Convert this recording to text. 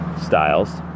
styles